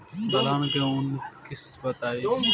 दलहन के उन्नत किस्म बताई?